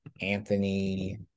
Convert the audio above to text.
Anthony